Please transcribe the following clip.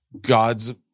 gods